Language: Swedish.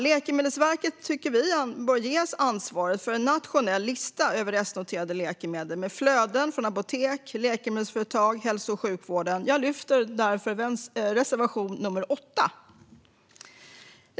Vi tycker att Läkemedelsverket bör ges ansvaret för en nationell lista över restnoterade läkemedel med flöden från apotek, läkemedelsföretag och hälso och sjukvården. Jag yrkar därför bifall till reservation 8.